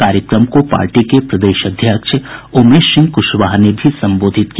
कार्यक्रम को पार्टी के प्रदेश अध्यक्ष उमेश सिंह कुशवाहा ने भी संबोधित किया